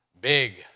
big